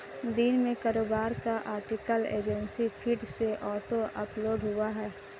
दिन में कारोबार का आर्टिकल एजेंसी फीड से ऑटो अपलोड हुआ है